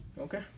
Okay